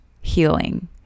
healing